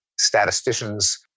statisticians